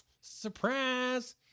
Surprise